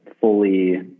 fully